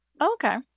Okay